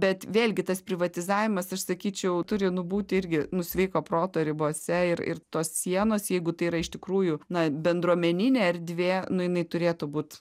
bet vėlgi tas privatizavimas aš sakyčiau turi nu būti irgi nu sveiko proto ribose ir ir tos sienos jeigu tai yra iš tikrųjų na bendruomeninė erdvė nu jinai turėtų būt